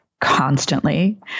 constantly